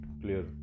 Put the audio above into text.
clear